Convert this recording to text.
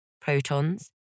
protons